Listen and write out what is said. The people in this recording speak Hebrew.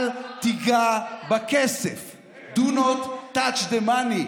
אל תיגע בכסף, Do not touch the money.